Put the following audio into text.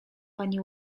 pani